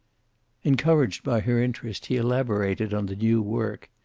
encouraged by her interest, he elaborated on the new work.